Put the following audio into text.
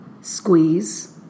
Squeeze